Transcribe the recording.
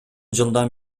жылдан